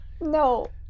No